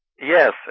Yes